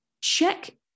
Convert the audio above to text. Check